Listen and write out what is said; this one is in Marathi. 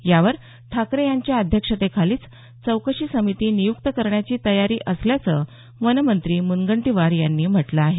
यावर ठाकरे यांच्या अध्यक्षतेखालीच चौकशी समिती नियुक्त करण्याची तयारी असल्याचं वनमंत्री मुनगंटीवार यांनी म्हटलं आहे